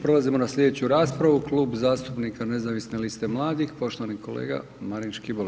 Prelazimo na slijedeću raspravu, Klub zastupnika Nezavisne liste mladih, poštovani kolega Marin Škibola.